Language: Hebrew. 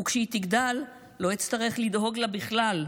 // וכשהיא תגדל, / אני לא אצטרך לדאוג לה בכלל,